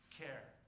care